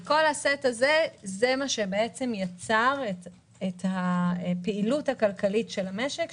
כל הסט הזה יצר את הפעילות הכלכלית של המשק,